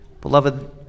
beloved